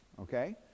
Okay